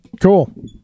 Cool